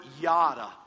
yada